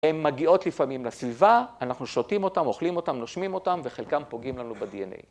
הן מגיעות לפעמים לסביבה, אנחנו שותים אותן, אוכלים אותן, נושמים אותן, וחלקן פוגעים לנו ב-DNA.